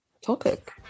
topic